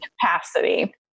capacity